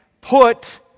put